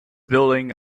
building